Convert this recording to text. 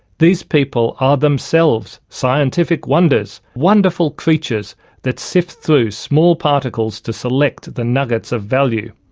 these people are themselves scientific wonders, wonderful creatures that sift through small particles to select the nuggets of value.